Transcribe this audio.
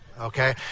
Okay